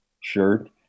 shirt